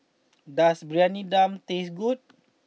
does Briyani Dum taste good